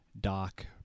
Doc